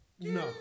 No